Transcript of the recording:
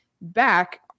back